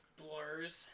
blurs